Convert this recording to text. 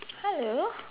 hello